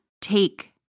take